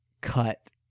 cut